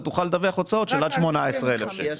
אתה תוכל לדווח הוצאות של עד 18,000 ₪.